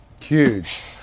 Huge